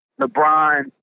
LeBron